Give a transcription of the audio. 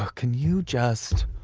ah can you just.